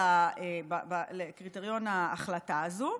הקריטריון להחלטה הזו.